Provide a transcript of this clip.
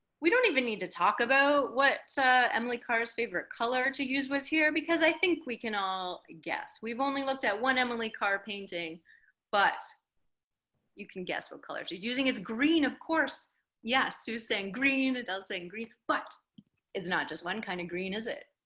we don't even need to talk about what so emily car's favorite color to use was here because i think we can all guess we've only looked at one emily car painting but you can guess what color she's using it's green of course yes who's saying green adults angry but it's not just one kind of green is it